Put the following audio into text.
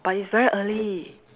but it's very early